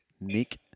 Nick